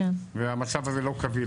המצב הזה לא כביל.